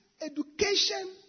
education